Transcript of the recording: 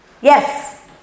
Yes